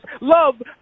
love